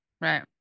Right